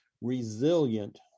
resilient